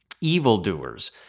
evildoers